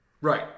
right